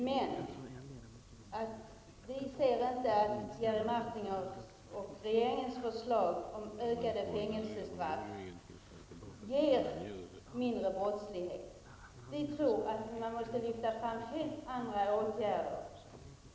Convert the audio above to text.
Men vi ser inte att Jerry Martingers och regeringens förslag om ökade fängelsestraff ger mindre brottslighet. Vi tror att man måste lyfta fram helt andra åtgärder.